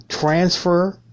transfer